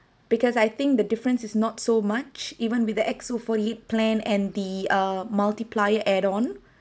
because I think the difference is not so much even with the X_O forty-eight plan and the err multiplier add on